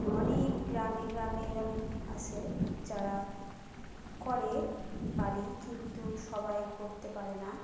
অনেক গ্রামে গ্রামে এরম আসে যারা করে বাড়ি কিন্তু সবাই করতে পারে না